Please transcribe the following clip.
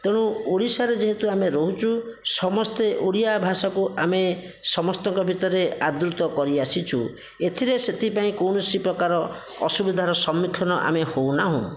ତେଣୁ ଓଡ଼ିଶାରେ ଯେହେତୁ ଆମେ ରହୁଛୁ ସମସ୍ତେ ଓଡ଼ିଆ ଭାଷାକୁ ଆମେ ସମସ୍ତଙ୍କ ଭିତରେ ଆଦୃତ୍ବ କାରିଆସିଛୁ ଏଥିରେ ସେଥିପାଇଁ କୌଣସି ପ୍ରକାର ଅସୁବିଧାର ସମ୍ମୁଖୀନ ଆମେ ହେଉନାହୁଁ